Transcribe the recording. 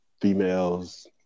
females